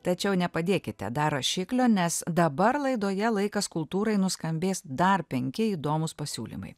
tačiau nepadėkite dar rašiklio nes dabar laidoje laikas kultūrai nuskambės dar penki įdomūs pasiūlymai